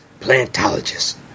plantologist